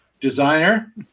designer